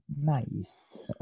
nice